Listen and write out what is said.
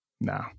no